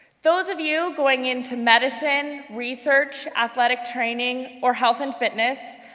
those of you going into medicine, research, athletic training, or health and fitness,